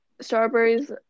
strawberries